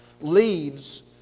leads